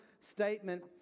statement